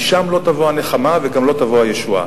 משם לא תבוא הנחמה וגם לא תבוא הישועה.